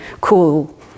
cool